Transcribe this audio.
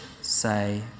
say